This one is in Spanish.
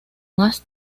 más